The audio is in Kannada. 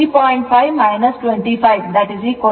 5 25 5